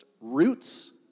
roots